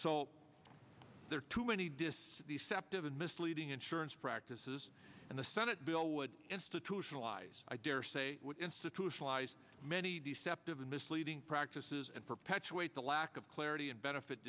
so there are too many dis the sept of and misleading insurance practices and the senate bill would institutionalize i dare say would institutionalize many deceptive and misleading practices and perpetuate the lack of clarity and benefit